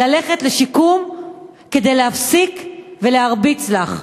ללכת לשיקום כדי להפסיק להרביץ לך.